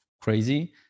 crazy